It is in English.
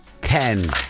ten